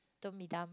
don't be dumb